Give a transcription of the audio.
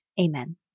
Amen